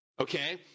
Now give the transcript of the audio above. Okay